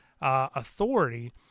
authority